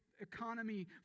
economy